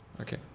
okay